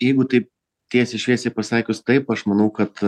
jeigu taip tiesiai šviesiai pasakius taip aš manau kad